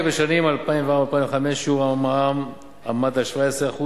בשנים 2004 2005 עמד שיעור המע"מ על 17%,